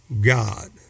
God